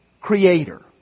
creator